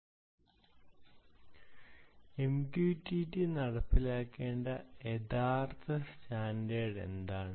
MQTT നടപ്പിലാക്കേണ്ട യഥാർത്ഥ standard എന്താണ്